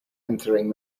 entering